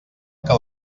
que